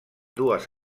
dues